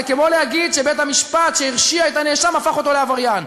זה כמו להגיד שבית-המשפט שהרשיע את הנאשם הפך אותו לעבריין.